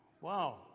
Wow